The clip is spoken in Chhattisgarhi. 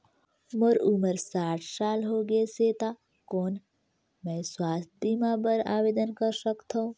मोर उम्र साठ साल हो गे से त कौन मैं स्वास्थ बीमा बर आवेदन कर सकथव?